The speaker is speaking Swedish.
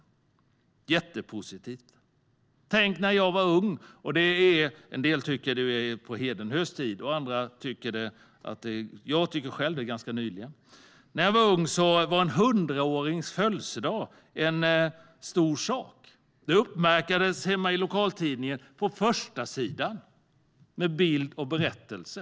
Det är jättepositivt. Tänk när jag var ung - det tycker en del är på hedenhös tid, medan jag tycker att det är ganska nyligen! När jag var ung var en 100-årings födelsedag en stor sak som uppmärksammades där hemma på lokaltidningens förstasida, med bild och berättelse.